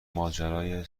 ماجرای